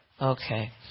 okay